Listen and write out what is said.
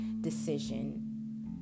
decision